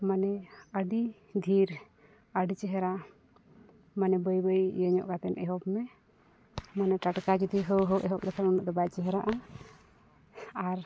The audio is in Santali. ᱢᱟᱱᱮ ᱟᱹᱰᱤ ᱫᱷᱤᱨ ᱟᱹᱰᱤ ᱪᱮᱦᱨᱟ ᱢᱟᱱᱮ ᱵᱟᱹᱭ ᱵᱟᱹᱭ ᱤᱭᱟᱹᱧᱚᱜ ᱠᱟᱛᱮᱫ ᱮᱦᱚᱵᱽᱼᱢᱮ ᱢᱟᱱᱮ ᱴᱟᱴᱠᱟ ᱡᱩᱫᱤ ᱦᱟᱹᱣ ᱦᱟᱹᱣ ᱮᱦᱚᱵᱽ ᱞᱮᱠᱷᱟᱱ ᱩᱱᱟᱹᱜ ᱫᱚ ᱵᱟᱭ ᱪᱮᱦᱨᱟᱜᱼᱟ ᱟᱨ